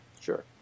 Sure